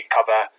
cover